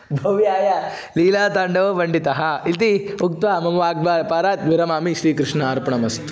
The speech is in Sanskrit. भव्याय लीलाताण्डवपण्डितः इति उक्त्वा मम वाग्व्यापारात् विरमामि श्रीकृष्णार्पणमस्तु